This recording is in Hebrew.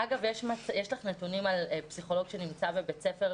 יש לך נתונים לגבי פסיכולוג בבית ספר,